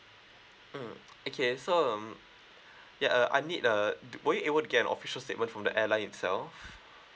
mm okay so um yeah uh I need uh do were you able to get an official statement from the airline itself